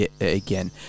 again